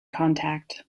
contact